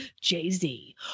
Jay-Z